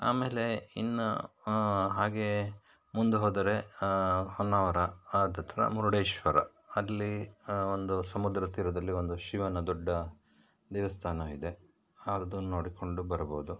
ಆಮೇಲೆ ಇನ್ನು ಹಾಗೆ ಮುಂದೆ ಹೋದರೆ ಹೊನ್ನಾವರ ಅದತ್ರ ಮುರುಡೇಶ್ವರ ಅಲ್ಲಿ ಒಂದು ಸಮುದ್ರ ತೀರದಲ್ಲಿ ಒಂದು ಶಿವನ ದೊಡ್ಡ ದೇವಸ್ಥಾನ ಇದೆ ಅದು ನೋಡಿಕೊಂಡು ಬರ್ಬೌದು